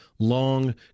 Long